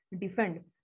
defend